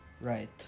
Right